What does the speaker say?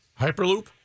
Hyperloop